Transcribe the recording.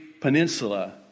peninsula